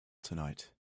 tonight